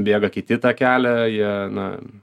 bėga kiti tą kelią jie na